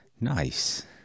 Nice